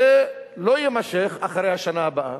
זה לא יימשך אחרי השנה הבאה,